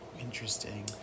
Interesting